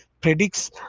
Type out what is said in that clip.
predicts